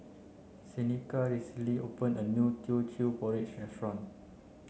Seneca recently opened a new Teochew Porridge restaurant